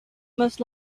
most